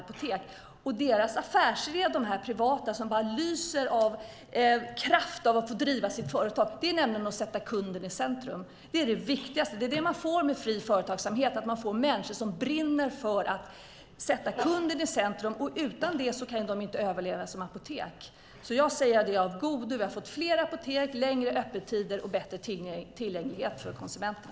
Affärsidén hos de privata, där man lyser av kraft av att få driva sitt företag, är att sätta kunden i centrum. Det är det viktigaste. Med fri företagsamhet får man människor som brinner för att sätta kunden i centrum. Utan det kan man inte överleva som apotek. Jag ser att detta är av godo. Vi har fått fler apotek, längre öppettider och bättre tillgänglighet för konsumenterna.